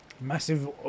massive